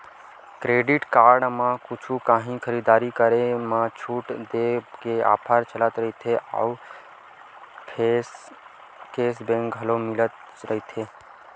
credit card म कुछु काही खरीददारी करे म छूट देय के ऑफर चलत रहिथे अउ केस बेंक घलो मिलत रहिथे